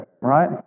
right